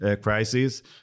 crisis